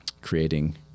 creating